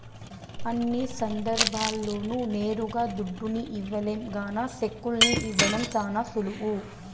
అన్ని సందర్భాల్ల్లోనూ నేరుగా దుడ్డుని ఇవ్వలేం గాన సెక్కుల్ని ఇవ్వడం శానా సులువు